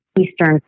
Eastern